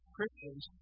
Christians